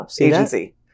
agency